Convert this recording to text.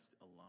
alone